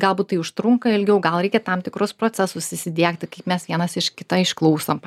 galbūt tai užtrunka ilgiau gal reikia tam tikrus procesus įsidiegti kaip mes vienas iš kitą išklausom